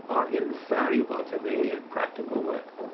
are invaluable to me in practical work.